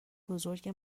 بزرگ